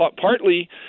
partly